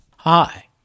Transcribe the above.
Hi